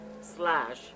Slash